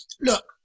look